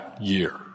year